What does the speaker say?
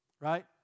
Right